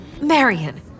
Marion